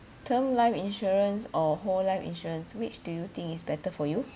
term life insurance or whole life insurance which do you think it's better for you